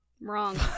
Wrong